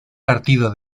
partido